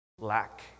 lack